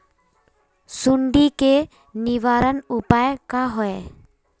सुंडी के निवारण उपाय का होए?